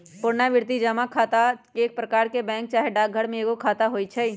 पुरनावृति जमा खता एक प्रकार के बैंक चाहे डाकघर में एगो खता होइ छइ